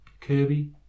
Kirby